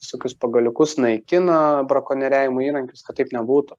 visokius pagaliukus naikina brakonieriavimo įrankius kad taip nebūtų